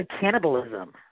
cannibalism